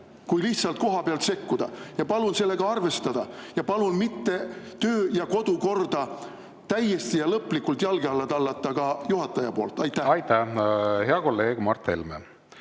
kui lihtsalt kohapealt sekkuda. Palun sellega arvestada ja palun mitte töö‑ ja kodukorda täiesti ja lõplikult jalge alla tallata ka juhataja poolt. Aitäh! Meil on see